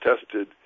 tested